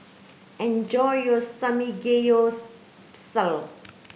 enjoy your